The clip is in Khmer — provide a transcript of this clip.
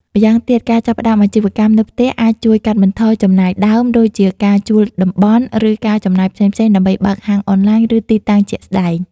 ម្យ៉ាងទៀត ការចាប់ផ្តើមអាជីវកម្មនៅផ្ទះអាចជួយកាត់បន្ថយចំណាយដើម ដូចជាការជួលតំបន់ ឬការចំណាយផ្សេងៗដើម្បីបើកហាងអនឡាញឬទីតាំងជាក់ស្តែង។